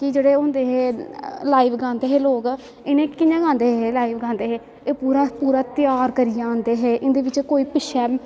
कि जेह्ड़े होंदे हे लाईव गांदे हे लोग इनें कियां गांदे हे लाईव गांदे हे एह् पूरा त्य़ार करियै आंदे हे ते इंदै बिच्चा कोई पिच्छें